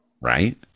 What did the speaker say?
right